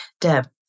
Deb